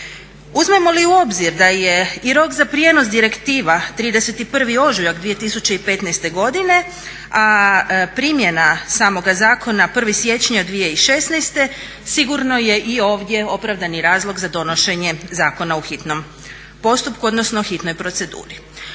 Uzmemo li u obzir da je i rok za prijenos direktiva 31. ožujak 2015. godine a primjena samoga zakona 1. siječnja 2016. sigurno je i ovdje opravdani razlog za donošenje zakona u hitnom postupku, odnosno hitnoj proceduri.